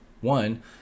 One